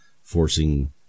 forcing